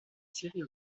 scierie